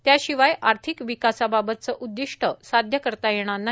त्याशिवाय आर्थिक विकासाबाबतचं उद्दिष्ट साध्य करता येणार नाही